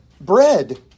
bread